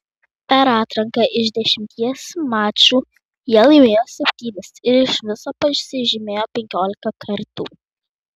per atranką iš dešimties mačų jie laimėjo septynis ir iš viso pasižymėjo penkiolika kartų